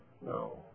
No